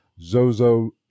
Zozo